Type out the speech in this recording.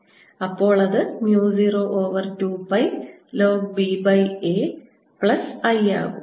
അപ്പോൾ അത് mu 0 over 2 pi log ba plus I ആകും